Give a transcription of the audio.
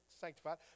sanctified